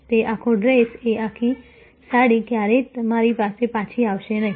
તે આખો ડ્રેસ કે આખી સાડી ક્યારેય તમારી પાસે પાછી આવશે નહીં